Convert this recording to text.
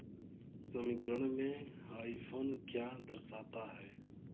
समीकरण में हाइफ़न क्या दर्शाता है